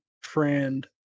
friend